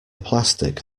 plastic